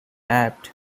apt